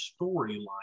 storyline